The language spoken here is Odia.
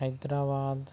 ହାଇଦ୍ରାବାଦ